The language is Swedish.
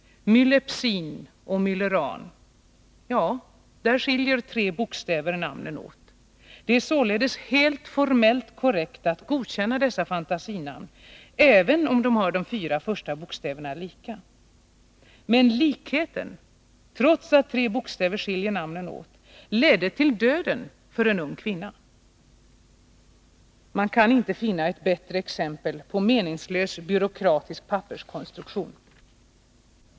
Mylepsin och Myleran — där skiljer tre bokstäver namnen åt. Det är således helt formellt korrekt att godkänna dessa fantasinamn, även om de fyra första bokstäverna är desamma. Men likheten, trots att tre bokstäver skiljer namnen åt, ledde till döden för en ung kvinna. Man kan inte finna ett bättre exempel på meningslös byråkratisk papperskonstruktion.